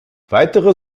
weitere